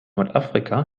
nordafrika